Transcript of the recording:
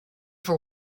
for